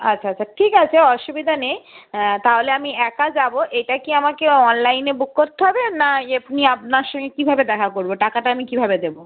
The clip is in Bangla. আচ্ছা আচ্ছা ঠিক আছে অসুবিধা নেই তাহলে আমি একা যাব এটা কি আমাকে অনলাইনে বুক করতে হবে না আপনার সঙ্গে কীভাবে দেখা করব টাকাটা আমি কীভাবে দেবো